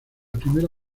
primera